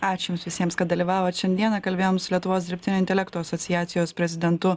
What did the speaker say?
ačiū jums visiems kad dalyvavot šiandieną kalbėjom su lietuvos dirbtinio intelekto asociacijos prezidentu